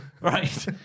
Right